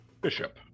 Bishop